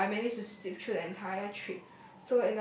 !wow! I manage to sleep through the entire trip